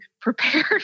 prepared